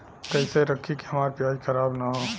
कइसे रखी कि हमार प्याज खराब न हो?